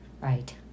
Right